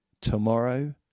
tomorrow